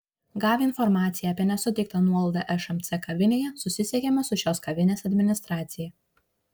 gavę informaciją apie nesuteiktą nuolaidą šmc kavinėje susisiekėme su šios kavinės administracija